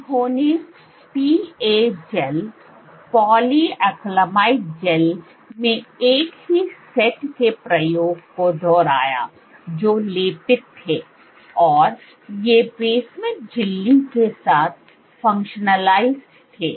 उन्होंने PA gel polyacrylamide gel में एक ही सेट के प्रयोग को दोहराया जो लेपित थे और ये बेसमेंट झिल्ली के साथ फंक्शनलाईस्ड थे